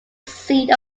scene